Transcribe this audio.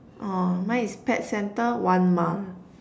orh mine is pet center one mile